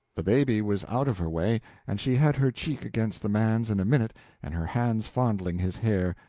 the baby was out of her way and she had her cheek against the man's in a minute and her hands fondling his hair,